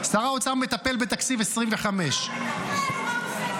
שר האוצר מטפל בתקציב 2025. איך הוא שר